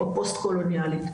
או פוסט-קולוניאלית,